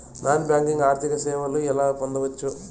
Non banking ఆర్థిక సేవలు ఎలా పొందొచ్చు?